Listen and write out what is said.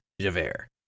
Javert